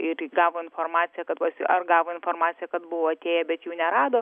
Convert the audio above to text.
ir gavo informaciją kad va ar gavo informaciją kad buvo atėję bet jų nerado